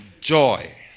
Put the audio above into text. joy